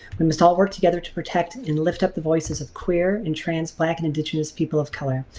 we must all work together to protect and lift up the voices of queer and trans black and indigenous people of color.